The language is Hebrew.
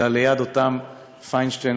אלא ליד אותם פיינשטיין